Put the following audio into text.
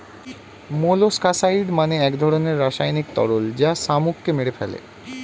molluscicide মানে এক ধরনের রাসায়নিক তরল যা শামুককে মেরে ফেলে